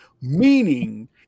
meaning